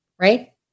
Right